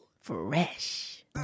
Fresh